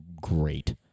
great